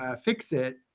ah fix it,